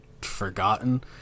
forgotten